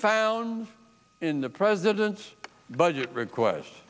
found in the president's budget request